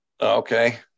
Okay